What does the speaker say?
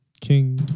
King